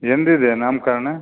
ಎಂದಿದೆ ನಾಮ್ಕರಣ